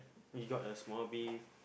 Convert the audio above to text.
you got a small B